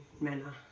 manner